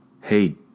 Hey